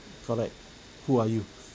correct who are you